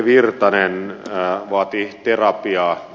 virtanen vaati terapiaa